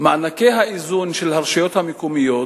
מענקי האיזון של הרשויות המקומיות